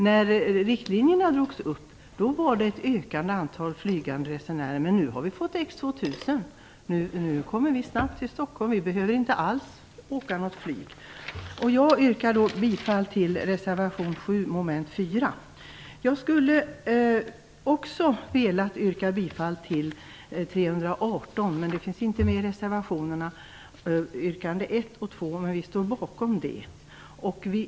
När riktlinjerna drogs upp var det ett ökande antal flygresenärer. Men nu har vi fått X2000. Nu kommer vi snabbt till Stockholm. Vi behöver inte alls åka något flyg. Jag skulle också ha velat yrka bifall till motion T318, men varken yrkande 1 eller yrkande 2 finns med i någon reservation. Men vi står bakom dem.